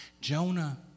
Jonah